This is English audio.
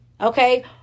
Okay